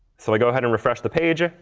so i go ahead and refresh the page.